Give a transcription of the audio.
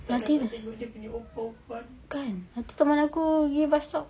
ah tu lah kan nanti teman aku pergi bus stop